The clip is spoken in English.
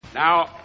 Now